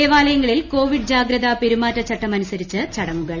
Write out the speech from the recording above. ദേവാലയങ്ങളിൽ കോവിഡ് ജാഗ്രത പെരുമാറ്റ ചട്ടമനുസരിച്ച് ചടങ്ങുകൾ